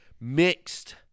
mixed